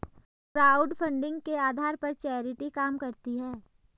crowdfunding के आधार पर चैरिटी काम करती है